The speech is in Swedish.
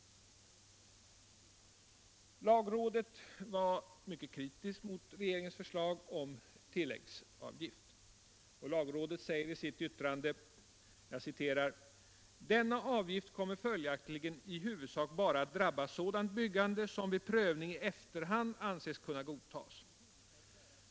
Lagrådet var mycket kritiskt mot regeringens förslag om tilläggsavgift. Lagrådet säger i sitt yttrande: ”Denna avgift kommer följaktligen i huvudsak bara drabba sådant byggande som vid prövning i efterhand anses kunna godtas.